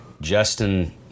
Justin